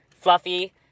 Fluffy